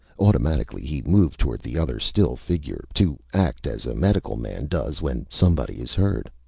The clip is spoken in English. automatically, he moved toward the other still figure, to act as a medical man does when somebody is hurt.